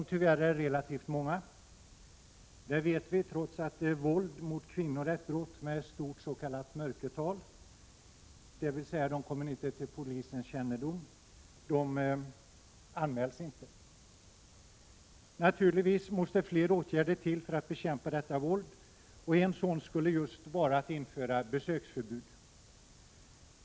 Tyvärr är de relativt många, det vet vi trots att våld mot kvinnor är ett brott med stort s.k. mörkertal. Fallen kommer alltså inte till polisens kännedom, de anmäls inte. Naturligtvis måste fler åtgärder till för att bekämpa detta våld. En sådan skulle vara just att införa besöksförbud.